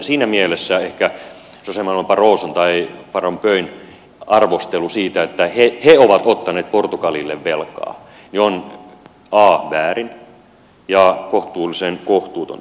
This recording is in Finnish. siinä mielessä ehkä jose manuel barroson tai van rompuyn arvostelu siitä että he ovat ottaneet portugalille velkaa on väärin ja kohtuullisen kohtuutonta